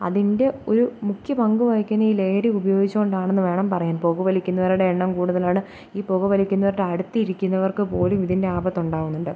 അതിൻ്റെ ഒരു മുഖ്യ പങ്ക് വഹിക്കുന്നത് ഈ ലഹരി ഉപയോഗിച്ചുകൊണ്ടാണെന്നു വേണം പറയാൻ പുകവലിക്കുന്നവരുടെ എണ്ണം കൂടുതലാണ് ഈ പുക വലിക്കുന്നവരുടെ അടുത്തിരിക്കുന്നവർക്കു പോലും ഇതിൻ്റെ ആപത്തുണ്ടാകുന്നുണ്ട്